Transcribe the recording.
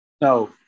No